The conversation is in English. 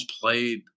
played